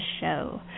show